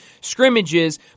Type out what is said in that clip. scrimmages